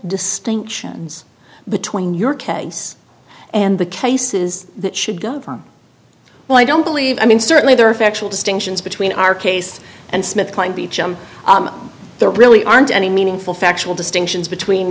distinctions between your case and the cases that should go from well i don't believe i mean certainly there are factual distinctions between our case and smith kline beecham there really aren't any meaningful factual distinctions between